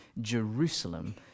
Jerusalem